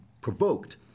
provoked